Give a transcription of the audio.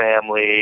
family